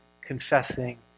confessing